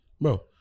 bro